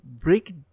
break